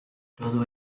todo